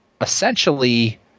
essentially